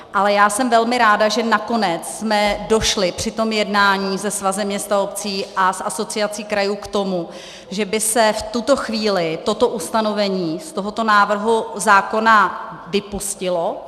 Ale já jsem velmi ráda, že nakonec jsme došli při tom jednání se Svazem měst a obcí a s Asociací krajů k tomu, že by se v tuto chvíli toto ustanovení z tohoto návrhu zákona vypustilo.